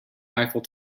eiffel